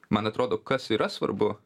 man atrodo kas yra svarbu